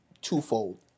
twofold